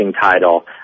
title